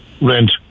rent